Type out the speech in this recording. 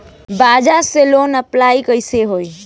बजाज से लोन कईसे अप्लाई होई?